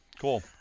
cool